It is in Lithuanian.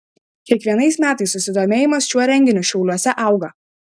kiekvienais metais susidomėjimas šiuo renginiu šiauliuose auga